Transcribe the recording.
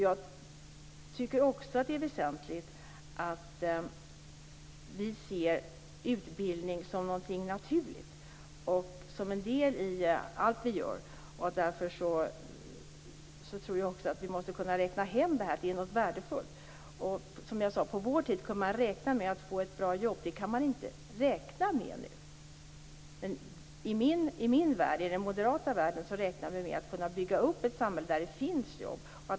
Jag tycker också att det är väsentligt att vi ser utbildning som någonting naturligt och som en del i allt vi gör. Därför tror jag också att vi måste kunna räkna hem detta som något värdefullt. Som jag sade kunde man på vår tid räkna med att få ett bra jobb - det kan man inte räkna med nu. I min värld - i den moderata världen - räknar vi med att kunna bygga upp ett samhälle där det finns jobb.